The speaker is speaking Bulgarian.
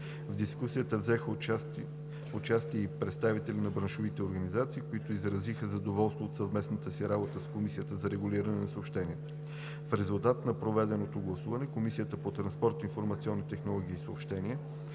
В дискусията взеха участие и представителите на браншовите организации, които изразиха задоволство от съвместната си работа с Комисията за регулиране на съобщенията. В резултат на проведеното гласуване Комисията по транспорт, информационни технологии и съобщения